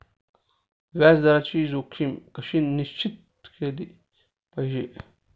व्याज दराची जोखीम कशी निश्चित केली पाहिजे